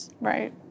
Right